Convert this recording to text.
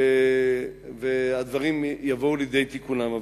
והדברים יבואו לידי תיקונם.